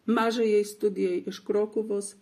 mažajai studijai iš krokuvos